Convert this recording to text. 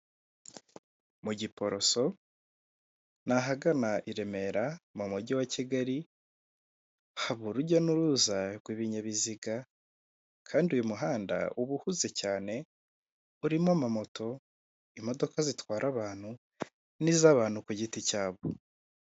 Mu Giporoso ni ahagana i Remera mu mujyi wa Kigali haba urujya n'uruza rw'ibinyabiziga kandi uyu muhanda uba uhuze cyane urimo amamoto imodoka zitwara abantu n'izabantu ku giti cyabo .